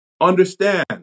Understand